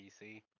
PC